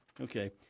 Okay